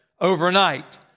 overnight